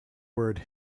word